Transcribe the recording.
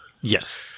Yes